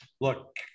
look